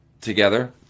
together